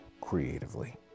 creatively